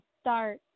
start